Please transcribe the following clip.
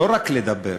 לא רק לדבר,